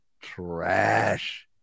trash